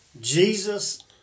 jesus